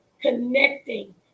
connecting